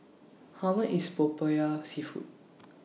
How much IS Popiah Seafood